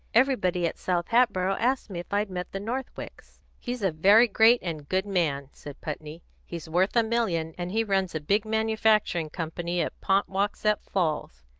everybody at south hatboro' asked me if i'd met the northwicks. he's a very great and good man, said putney. he's worth a million, and he runs a big manufacturing company at ponkwasset falls,